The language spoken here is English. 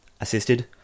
assisted